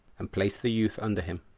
and placed the youth under him,